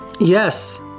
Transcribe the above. Yes